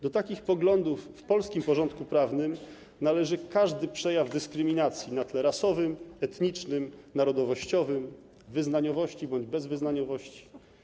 Do takich poglądów w polskim porządku prawnym należy każdy przejaw dyskryminacji na tle rasowym, etnicznym, narodowościowym, wyznaniowości bądź bezwyznaniowości.